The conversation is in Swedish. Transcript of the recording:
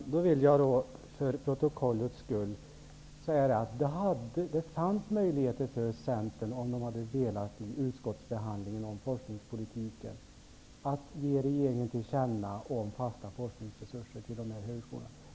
Herr talman! Jag vill för protokollets skull få säga att om Centern hade velat fanns det möjlighet att i utskottsbehandlingen om forskningspolitiken ge regeringen till känna om fasta forskningsresurser till dessa högskolor.